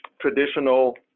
traditional